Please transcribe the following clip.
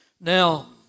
Now